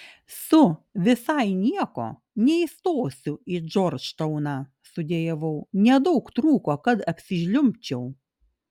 su visai nieko neįstosiu į džordžtauną sudejavau nedaug trūko kad apsižliumbčiau